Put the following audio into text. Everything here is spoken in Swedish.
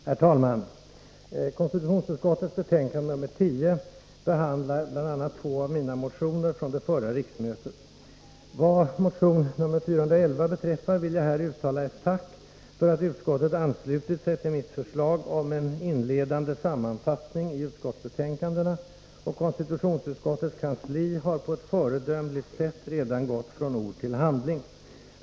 Herr talman! Konstitutionsutskottets betänkande nr 10 behandlar bl.a. två av mina motioner från det förra riksmötet. Vad motion 411 beträffar vill jag här uttala ett tack för att utskottet anslutit sig till mitt förslag om en inledande sammanfattning i utskottsbetänkandena, och konstitutionsutskottets kansli har på ett föredömligt sätt redan gått från ord till handling.